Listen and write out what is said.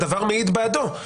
הדבר מעיד בעדו.